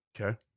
Okay